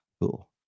cool